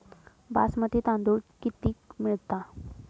बासमती तांदूळ कितीक मिळता?